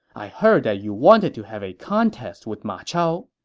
i heard that you wanted to have a contest with ma chao.